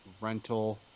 rental